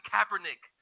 Kaepernick